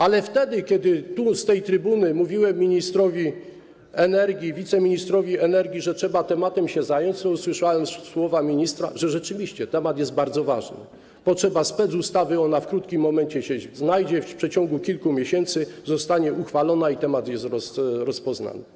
Ale wtedy kiedy tu, z tej trybuny mówiłem ministrowi energii, wiceministrowi energii, że trzeba zająć się tematem, to usłyszałem słowa ministra, że rzeczywiście temat jest bardzo ważny, potrzeba specustawy, ona w krótkim czasie się pojawi, w ciągu kilku miesięcy zostanie uchwalona i temat jest rozpoznany.